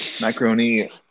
macaroni